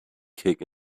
kick